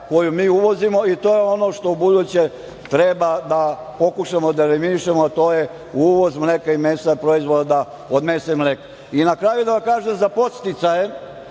koje uvozimo i to je ono što ubuduće treba da pokušamo da eliminišemo, a to je uvoz mleka i mesa, proizvoda od mesa i mleka. Na kraju, da vam kažem za podsticaje,